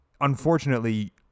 unfortunately